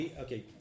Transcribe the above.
okay